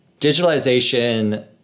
digitalization